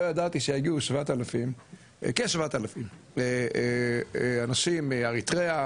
לא ידעתי שיגיעו כ- 7,000 אנשים מאריתריאה,